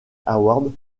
award